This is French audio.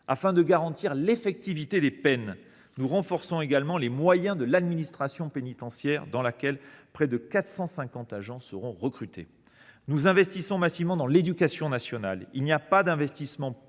Afin de garantir l’effectivité des peines, nous renforçons aussi les moyens de l’administration pénitentiaire, au sein de laquelle près de 450 agents seront recrutés. En parallèle, nous investissons massivement dans l’éducation nationale. Il n’est pas d’investissement plus rentable